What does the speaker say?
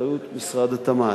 באחריות משרד התמ"ת.